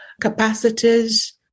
capacities